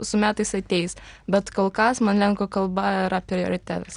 su metais ateis bet kol kas man lenkų kalba yra prioritetas